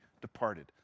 departed